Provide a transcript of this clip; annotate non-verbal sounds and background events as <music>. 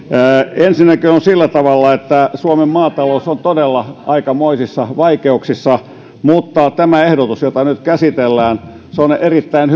ensinnäkin on sillä tavalla että suomen maatalous on todella aikamoisissa vaikeuksissa mutta tämä ehdotus jota nyt käsitellään on erittäin <unintelligible>